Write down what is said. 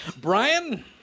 Brian